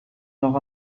noch